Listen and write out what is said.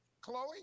Chloe